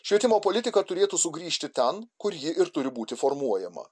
švietimo politika turėtų sugrįžti ten kur ji ir turi būti formuojama